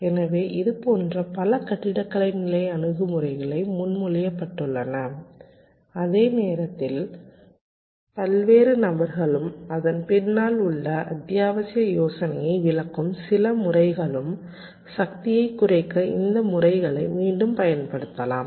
எனவே இதுபோன்ற பல கட்டிடக்கலை நிலை அணுகுமுறைகள் முன்மொழியப்பட்டுள்ளன அதே நேரத்தில் பல்வேறு நபர்களும் அதன் பின்னால் உள்ள அத்தியாவசிய யோசனையை விளக்கும் சில முறைகளும் சக்தியைக் குறைக்க இந்த முறைகளை மீண்டும் பயன்படுத்தலாம்